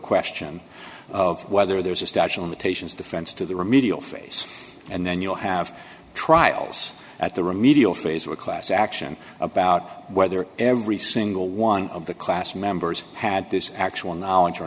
question of whether there's a statue imitation defense to the remedial face and then you'll have trials at the remedial phase or a class action about whether every single one of the class members had this actual knowledge or